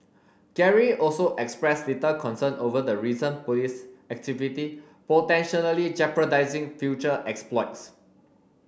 Gary also expressed little concern over the recent police activity potentially jeopardising future exploits